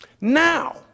Now